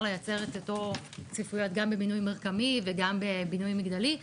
לייצר את אותן צפיפויות גם בבינוי מרקמי וגם בבינוי מגדלי,